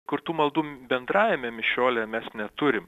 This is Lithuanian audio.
kur tų maldų bendrajame mišiole mes neturim